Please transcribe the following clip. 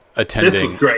attending